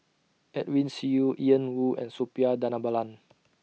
Edwin Siew Ian Woo and Suppiah Dhanabalan